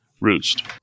Roost